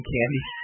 Candy